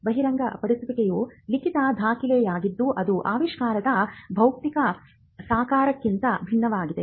ಬಹಿರಂಗಪಡಿಸುವಿಕೆಯು ಲಿಖಿತ ದಾಖಲೆಯಾಗಿದ್ದು ಅದು ಆವಿಷ್ಕಾರದ ಭೌತಿಕ ಸಾಕಾರಕ್ಕಿಂತ ಭಿನ್ನವಾಗಿದೆ